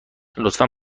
لطفا